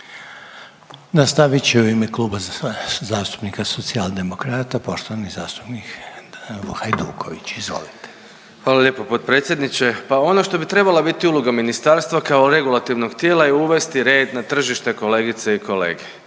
Nastavit će u ime Kluba zastupnika Socijaldemokrata poštovani zastupnik Hajduković, izvolite. **Hajduković, Domagoj (Socijaldemokrati)** Hvala lijepo potpredsjedniče. Pa ono što bi trebala biti uloga ministarstva kao regulativnog tijela je uvesti red na tržište kolegice i kolege